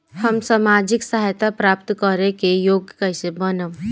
हम सामाजिक सहायता प्राप्त करे के योग्य कइसे बनब?